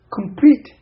complete